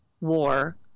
war